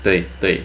对对